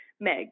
Meg